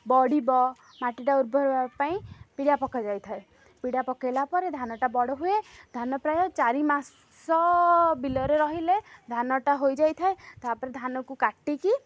ବଢ଼ିବ ମାଟିଟା ଉର୍ବର ପାଇଁ ପିଡ଼ିଆ ପକାଯାଇଥାଏ ପିଡ଼ିଆ ପକାଇଲା ପରେ ଧାନଟା ବଡ଼ ହୁଏ ଧାନ ପ୍ରାୟ ଚାରି ମାସ ବିଲରେ ରହିଲେ ଧାନଟା ହୋଇଯାଇଥାଏ ତା'ପରେ ଧାନକୁ କାଟିକି